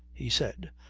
he said.